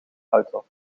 auto